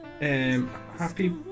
Happy